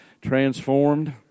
transformed